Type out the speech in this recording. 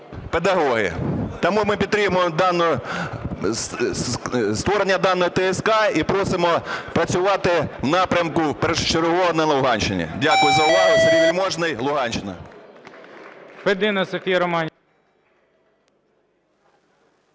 педагоги. Тому ми підтримуємо створення даної ТСК і просимо працювати в напрямку першочергово на Луганщині. Дякую за увагу. Сергій Вельможний, Луганщина.